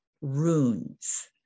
runes